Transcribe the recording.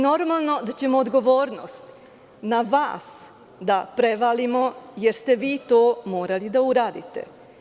Normalno je da ćemo odgovornost na vas da prevalimo, jer ste vi to morali da uradite.